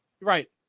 right